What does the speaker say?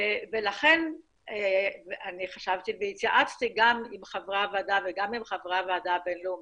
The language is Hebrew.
לכן חשבתי והתייעצתי גם עם חברי הוועדה וגם עם חברי הוועדה הבין-לאומית,